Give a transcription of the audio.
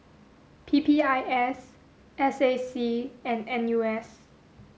P P I S S A C and N U S